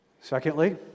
Secondly